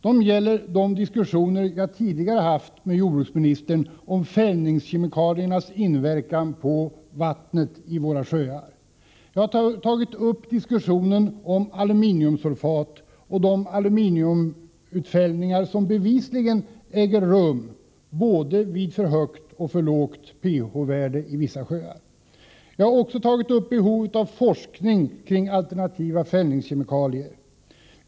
De berör de diskussioner jag tidigare haft med jordbruksministern om fällningskemikaliernas inverkan på vattnet i våra sjöar. Jag har initierat en diskussion om aluminiumsulfat och de aluminiumutfällningar som bevisligen äger rum i vissa sjöar, både vid för högt och vid för lågt pH-värde. Jag har också tagit upp behovet av forskning kring alternativa fällningskemikalier.